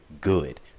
good